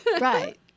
Right